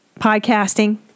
podcasting